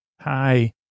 Hi